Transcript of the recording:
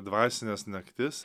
dvasines naktis